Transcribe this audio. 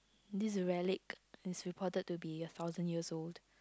this relic is reported to be a thousand years old